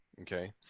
Okay